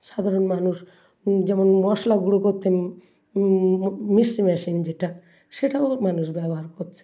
সাধারণ মানুষ যেমন মশলা গুঁড়ো করতে মিক্সি মেশিন যেটা সেটাও মানুষ ব্যবহার করছে